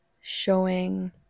showing